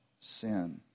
sin